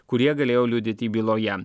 kurie galėjo liudyti byloje